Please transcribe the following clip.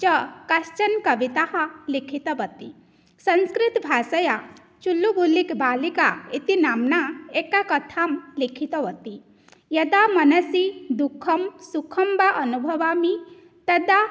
च काश्चन कविताः लिखितवती संस्कृतभाषया चुल्लुबुल्लिक् बालिका इति नाम्ना एकां कथां लिखितवती यदा मनसि दुःखं सुखं वा अनुभवामि तदा